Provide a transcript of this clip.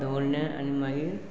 दवरलें आनी मागीर